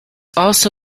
also